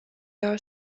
are